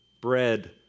bread